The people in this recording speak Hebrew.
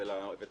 אני